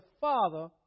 Father